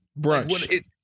brunch